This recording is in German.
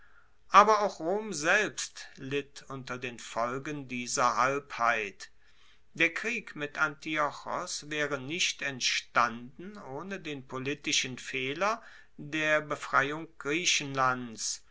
aber auch rom selbst litt unter den folgen dieser halbheit der krieg mit antiochos waere nicht entstanden ohne den politischen fehler der befreiung griechenlands